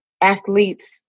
athletes